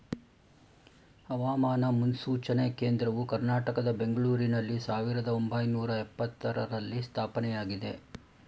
ಹವಾಮಾನ ಮುನ್ಸೂಚನೆ ಕೇಂದ್ರವು ಕರ್ನಾಟಕದ ಬೆಂಗಳೂರಿನಲ್ಲಿ ಸಾವಿರದ ಒಂಬೈನೂರ ಎಪತ್ತರರಲ್ಲಿ ಸ್ಥಾಪನೆಯಾಗಿದೆ